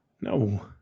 no